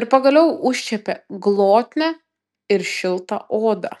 ir pagaliau užčiuopė glotnią ir šiltą odą